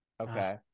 Okay